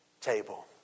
table